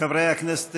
חברי הכנסת,